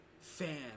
fan